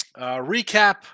recap